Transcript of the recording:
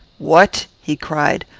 what! he cried.